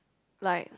like